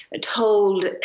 told